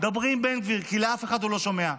דברי עם בן גביר כי לאף אחד הוא לא שומע,